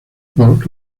por